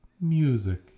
music